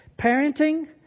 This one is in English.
Parenting